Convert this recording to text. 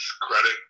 credit